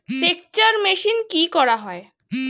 সেকচার মেশিন কি করা হয়?